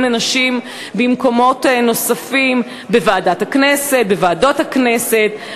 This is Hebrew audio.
לנשים במקומות נוספים: בוועדות הכנסת,